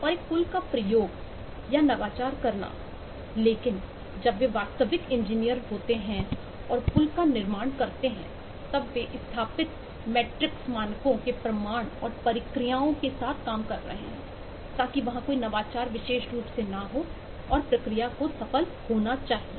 और एक पुल का प्रयोग या नवाचार करना लेकिन जब वे वास्तविक इंजीनियर होते हैं और पुल का निर्माण करते हैं तब वे स्थापित मेट्रिक्स मानकों के प्रमाण और प्रक्रियाओं के साथ काम कर रहे हैं ताकि वहां कोई नवाचार विशेष रूप से ना हो और प्रक्रिया को सफल होना चाहिए